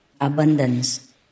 abundance